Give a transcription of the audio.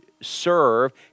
serve